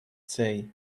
tea